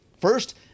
First